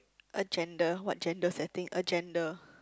agenda what gender setting agenda